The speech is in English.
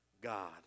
God